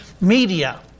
media